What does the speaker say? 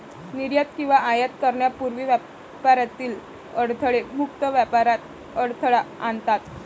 निर्यात किंवा आयात करण्यापूर्वी व्यापारातील अडथळे मुक्त व्यापारात अडथळा आणतात